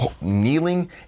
kneeling